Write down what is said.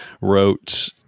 wrote